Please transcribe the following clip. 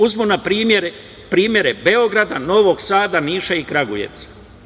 Uzmimo na primere Beograda, Novog Sada, Niša i Kragujevca.